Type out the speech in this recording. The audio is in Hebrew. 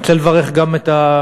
אני רוצה לברך גם את,